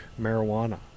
marijuana